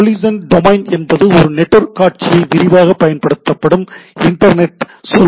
collision domain என்பது ஒரு network காட்சியை விவரிக்கப் பயன்படுத்தப்படும் இன்டர்நெட் சொல்லாகும்